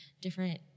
different